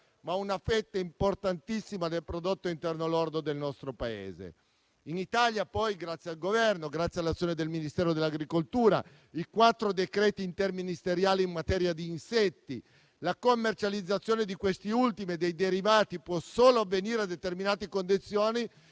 una fetta importantissima del prodotto interno lordo del nostro Paese. In Italia, poi, grazie al Governo e all'azione del Ministero dell'agricoltura, con i quattro decreti interministeriali in materia di insetti, la commercializzazione di questi ultimi e dei derivati può avvenire solo a determinate condizioni.